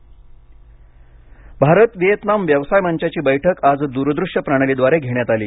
Bharat Vietnam Bharat Vietnam व्यवसाय मंचाची बैठक आज दूरदृश्य प्रणालीद्वारे घेण्यात आली